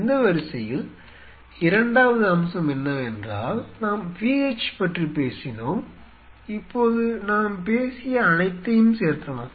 அந்த வரிசையில் இரண்டாவது அம்சம் என்னவென்றால் நாம் pH பற்றி பேசினோம் இப்போது நாம் பேசிய அனைத்தையும் சேர்க்கலாம்